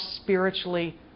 spiritually